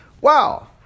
Wow